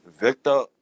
Victor